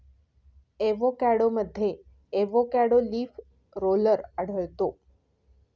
एवोकॅडोमध्ये avocado leaf roller आढळतो